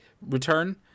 return